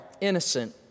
innocent